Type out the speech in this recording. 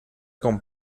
con